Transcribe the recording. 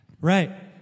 Right